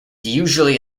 usually